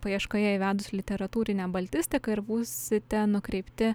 paieškoje įvedus literatūrinė baltistika ir būsite nukreipti